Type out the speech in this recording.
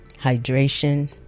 hydration